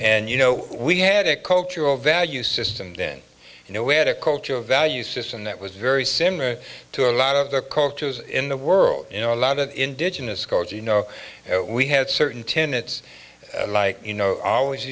and you know we had a cultural value system then you know we had a culture a value system that was very similar to a lot of the cultures in the world you know a lot of indigenous culture you know we had certain tenets like you know always